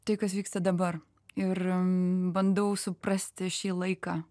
tai kas vyksta dabar ir bandau suprasti šį laiką